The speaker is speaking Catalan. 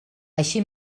així